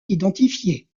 identifiées